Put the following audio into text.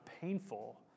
painful